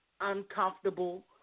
uncomfortable